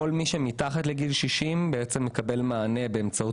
כל מי שמתחת לגיל 60 מקבל מענה באמצעות